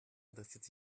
interessiert